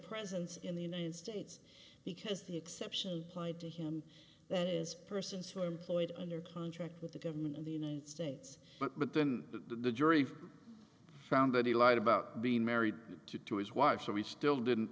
presence in the united states because the exception pointed to him that is persons who are employed under contract with the government of the united states but then the jury found that he lied about being married to to his wife so we still didn't